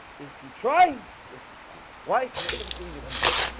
if you try you'll succeed why cuz i was doing it anyway